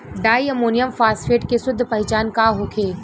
Di ammonium phosphate के शुद्ध पहचान का होखे?